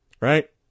right